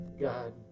God